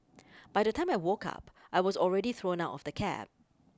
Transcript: by the time I woke up I was already thrown out of the cab